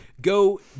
go